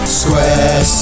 square